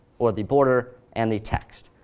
or the border, and the text.